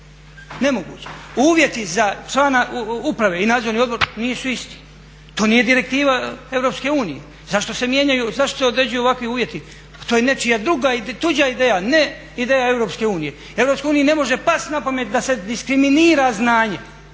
Nemoguće! Uvjeti za člana uprave i Nadzorni odbor nisu isti, to nije direktiva EU. Zašto se mijenjaju, zašto se određuju uvjeti? Pa to je nečija druga tuđa ideja ne ideja EU. EU ne može past na pamet da se diskriminira znanje.